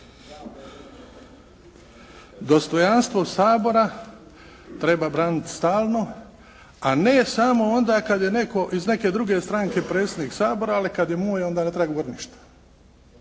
Dostojanstvo Sabora treba braniti stalno a ne samo onda kad je netko iz neke druge stranke predsjednik Sabora, ali kad je moj onda ne treba govoriti ništa.